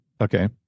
Okay